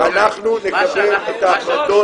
אנחנו נקבל את ההחלטות